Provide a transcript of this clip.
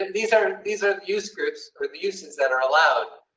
these are these are used groups for the uses that are allowed.